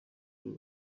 uru